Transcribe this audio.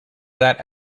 that